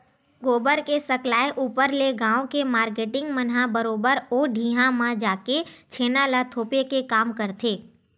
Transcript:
गोबर के सकलाय ऊपर ले गाँव के मारकेटिंग मन ह बरोबर ओ ढिहाँ म जाके छेना ल थोपे के काम करथे